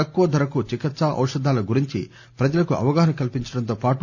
తక్కువ ధరకు చికిత్ప ఔషథాల గురించి ప్రజలకు అవగాహన కల్పించడంతో పాటు